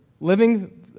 living